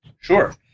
Sure